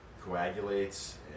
coagulates